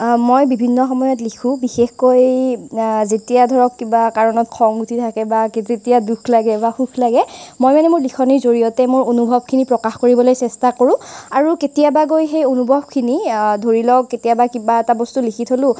মই বিভিন্ন সময়ত লিখোঁ বিশেষকৈ যেতিয়া ধৰক কিবা কাৰণত খং উঠি থাকে বা কে যেতিয়া দুখ লাগে বা সুখ লাগে মই মানে মোৰ লিখনিৰ জৰিয়তে মোৰ অনুভৱখিনি প্ৰকাশ কৰিবলৈ চেষ্টা কৰোঁ আৰু কেতিয়াবা গৈ সেই অনুখিনি ধৰি লওক কেতিয়াবা কিবা এটা বস্তু লিখি থলোঁ